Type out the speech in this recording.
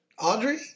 Audrey